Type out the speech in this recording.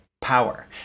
power